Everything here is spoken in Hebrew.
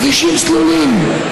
כבישים סלולים,